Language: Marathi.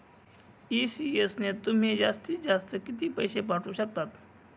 ई.सी.एस ने तुम्ही जास्तीत जास्त किती पैसे पाठवू शकतात?